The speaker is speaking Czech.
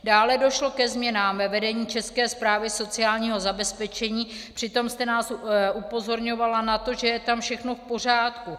Dále došlo ke změnám ve vedení České správy sociálního zabezpečení, přitom jste nás upozorňovala na to, že je tam všechno v pořádku.